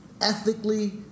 ethically